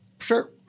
sure